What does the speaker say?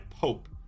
pope